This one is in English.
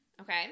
okay